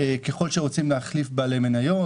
ככל שרוצים להחליף בעלי מניות,